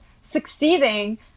succeeding